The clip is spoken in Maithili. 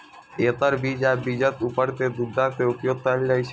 एकर बीज आ बीजक ऊपर के गुद्दा के उपयोग कैल जाइ छै